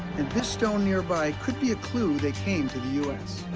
and this stone nearby could be a clue they came to the u s.